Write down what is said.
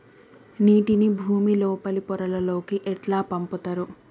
నీటిని భుమి లోపలి పొరలలోకి ఎట్లా పంపుతరు?